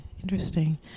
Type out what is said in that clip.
interesting